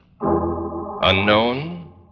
Unknown